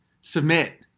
submit